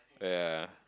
ya